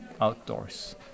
outdoors